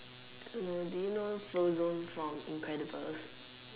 don't know do you know Frozen from the incredibles